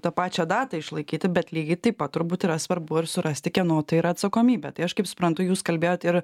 tą pačią datą išlaikyti bet lygiai taip pat turbūt yra svarbu ir surasti kieno tai yra atsakomybė tai aš kaip suprantu jūs kalbėjot ir